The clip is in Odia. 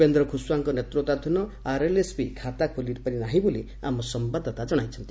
ଉପେନ୍ଦ୍ର ଖୁସ୍ୱାଙ୍କ ନେତୃତ୍ୱାଧୀନ ଆର୍ଏଲ୍ଏସ୍ପି ଖାତା ଖୋଲି ପାରି ନାହିଁ ବୋଲି ଆମ ସମ୍ଭାଦଦାତା ଜଣାଇଛନ୍ତି